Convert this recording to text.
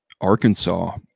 Arkansas